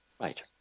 Right